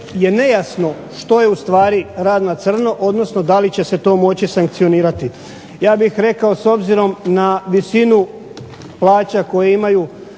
je nejasno što je rad na crno odnosno da li će se to moći sankcionirati. Ja bih rekao s obzirom na visinu plaća koje imaju